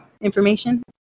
information